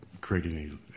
creating